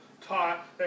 taught